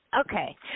Okay